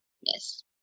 Yes